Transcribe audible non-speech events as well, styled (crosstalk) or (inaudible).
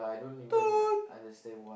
(noise)